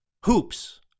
hoops